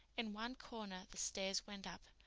in one corner the stairs went up,